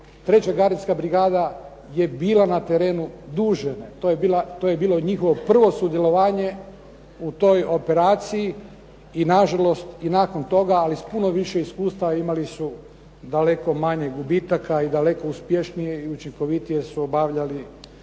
3. Gardijska brigada je bila na terenu duže, to je bilo njihovo prvo sudjelovanje u toj operaciji i nažalost i nakon toga, ali s puno više iskustva imali su daleko manje gubitaka i daleko uspješnije i učinkovitije su obavljali